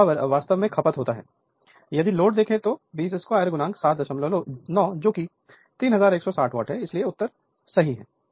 यह पावर वास्तव में खपत होती है यदि लोड देखें तो 20 2 79 यह 3160 वाट है इसलिए उत्तर सही है